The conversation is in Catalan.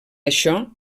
això